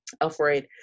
afraid